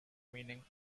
meaning